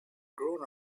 grown